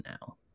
now